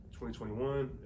2021